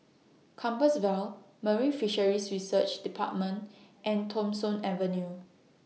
Compassvale Marine Fisheries Research department and Thong Soon Avenue